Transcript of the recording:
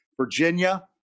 Virginia